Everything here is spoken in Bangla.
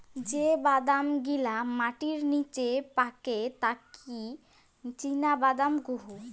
যে বাদাম গিলা মাটির নিচে পাকে তাকি চীনাবাদাম কুহু